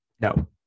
No